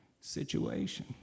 situation